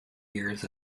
years